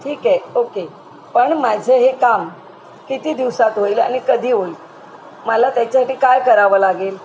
ठीक आहे ओके पण माझं हे काम किती दिवसात होईल आणि कधी होईल मला त्याच्यासाठी काय करावं लागेल